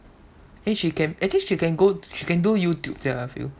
eh she can actually she can go she can do youtube sia I feel